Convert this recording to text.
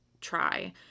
try